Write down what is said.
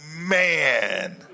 man